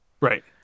right